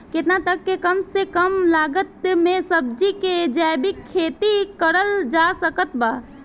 केतना तक के कम से कम लागत मे सब्जी के जैविक खेती करल जा सकत बा?